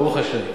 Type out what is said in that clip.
ברוך השם.